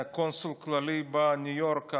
קונסול כללי בניו יורק,